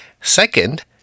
Second